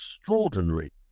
extraordinary